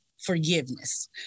forgiveness